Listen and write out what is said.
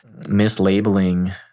mislabeling